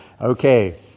Okay